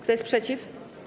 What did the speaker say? Kto jest przeciw?